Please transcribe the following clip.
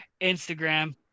Instagram